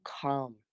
calm